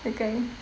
that kind